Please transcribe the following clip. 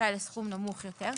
זכאי לסכום נמוך יותר.